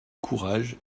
courage